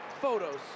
photos